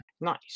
Nice